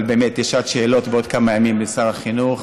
אבל באמת, יש שעת שאלות בעוד כמה ימים לשר החינוך.